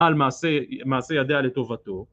על מעשי ידיה לטובתו.